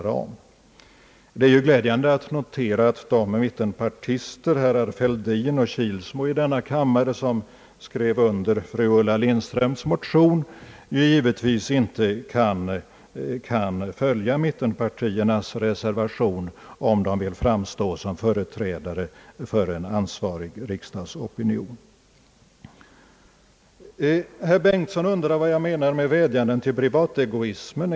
ramen, Det är ju glädjande att notera att de mittenpartister — herrar Fälldin och Kilsmo i denna kammare — som skrev under fru Ulla Lindströms motion givetvis inte kan följa mittenpartiernas reservation, om de vill framstå som företrädare för en ansvarig riksdagsopinion. Herr Bengtson undrade vad jag menade med vädjanden till privategoismen.